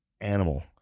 animal